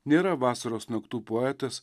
nėra vasaros naktų poetas